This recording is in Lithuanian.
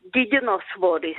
didino svorį